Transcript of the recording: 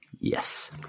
Yes